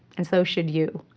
and so should you.